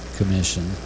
Commission